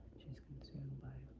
she's consumed by